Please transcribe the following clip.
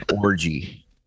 orgy